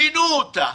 שינו אותה,